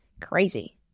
crazy